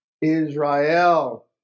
Israel